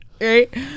Right